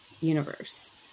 universe